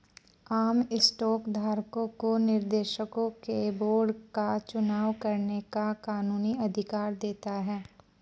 आम स्टॉक धारकों को निर्देशकों के बोर्ड का चुनाव करने का कानूनी अधिकार देता है